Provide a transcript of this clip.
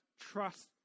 trust